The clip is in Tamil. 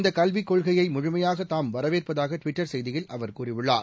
இந்த கல்விக் கொள்கையை முழுமையாக தாம் வரவேற்பதாக ட்விட்டர் செய்தியில் அவர் கூறியுள்ளார்